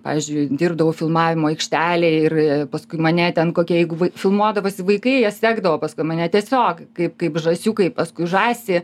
pavyzdžiui dirbdavau filmavimo aikštelėje ir paskui mane ten kokie jeigu filmuodavosi vaikai jie sekdavo paskui mane tiesiog kaip kaip žąsiukai paskui žąsį